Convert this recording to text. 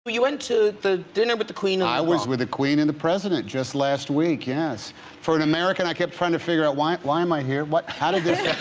you went to the dinner with the queen i was with the queen and the president just last week yes for an american i kept trying to figure out why why am i here what how did this?